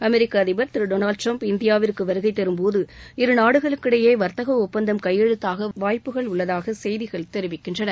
அமெரிக்க அதிபர் திரு Donald Trump இந்தியாவிற்கு வருகை தரும்போது இரு நாடுகளுக்கிடையே வாத்தக ஒப்பந்தம் கையெழுத்தாக வாய்ப்புள்ளதாக செய்திகள் தெரிவிக்கின்றன